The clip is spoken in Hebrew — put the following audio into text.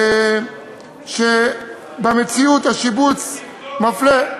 במציאות השיבוץ מפלה,